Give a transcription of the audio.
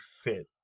fit